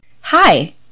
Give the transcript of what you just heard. Hi